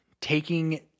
taking